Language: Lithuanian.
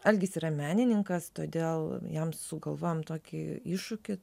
algis yra menininkas todėl jam sugalvojom tokį iššūkį